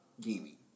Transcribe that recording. gaming